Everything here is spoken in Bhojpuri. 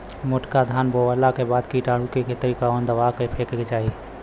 मोटका धान बोवला के बाद कीटाणु के खातिर कवन दावा फेके के चाही?